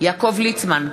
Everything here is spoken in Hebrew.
יעקב ליצמן,